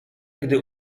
gdy